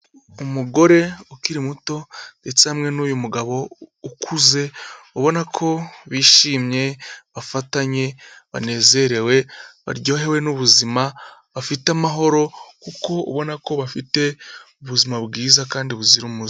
Umugore ukiri muto ndetse hamwe n'uyu mugabo ukuze, ubona ko bishimye bafatanye, banezerewe baryohewe n'ubuzima, bafite amahoro kuko ubona ko bafite ubuzima bwiza kandi buzira umuze.